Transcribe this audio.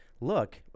look